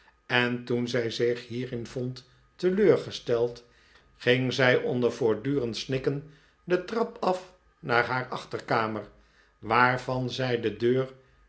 en toen zij zich hierin vond teleurgesteld ging zij onder voortdurend snikken de trap af naar haar achterkamer waaryan zij de deur